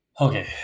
Okay